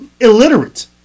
illiterate